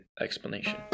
explanation